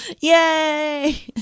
Yay